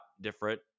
different